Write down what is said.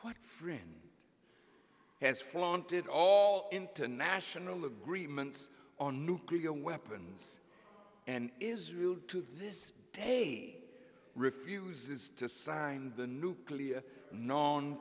what freeman has flaunted all international agreements on nuclear weapons and israel to this day refuses to sign the nuclear no